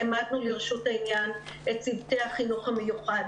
העמדנו לרשות העניין את צוותי החינוך המיוחד,